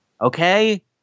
Okay